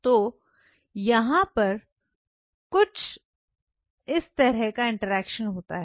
तो यहां पर कुछ इस तरह का इंटरेक्शन होता है